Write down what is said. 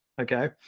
okay